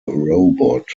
robot